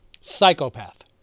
Psychopath